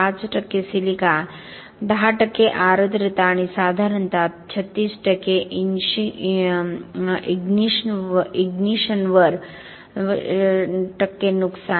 5 silica 10 आर्द्रता आणि साधारणतः 36 इग्निशनवर नुकसान